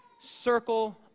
circle